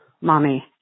Mommy